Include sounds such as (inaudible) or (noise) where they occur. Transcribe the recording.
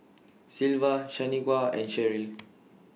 (noise) Sylva Shanequa and Sherrill